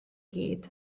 gyd